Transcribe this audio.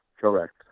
Correct